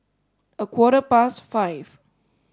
a quarter past five